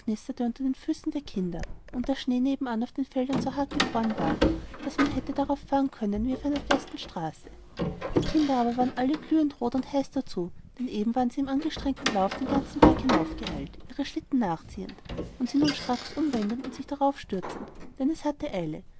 unter den füßen der kinder und der schnee nebenan auf den feldern so hart gefroren war daß man hätte darauf fahren können wie auf einer festen straße die kinder aber waren alle glühend rot und heiß dazu denn eben waren sie im angestrengten lauf den ganzen berg heraufgeeilt ihre schlitten nachziehend und sie nun stracks umwendend und sich darauf stürzend denn es hatte eile